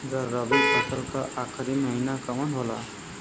रवि फसल क आखरी महीना कवन होला?